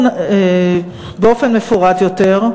באופן מפורט יותר,